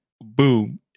boom